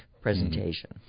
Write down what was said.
presentation